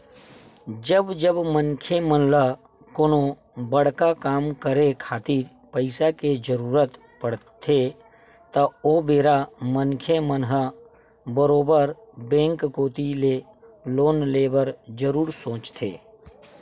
जब जब मनखे मन ल कोनो बड़का काम करे खातिर पइसा के जरुरत पड़थे त ओ बेरा मनखे मन ह बरोबर बेंक कोती ले लोन ले बर जरुर सोचथे